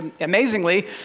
amazingly